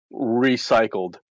recycled